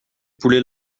poulet